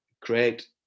create